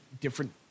different